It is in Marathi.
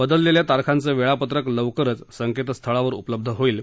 बदलेल्या तारखांचं वेळापत्रक लवकरच संकेतस्थळावर उपलब्ध होईल